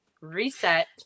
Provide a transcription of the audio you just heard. reset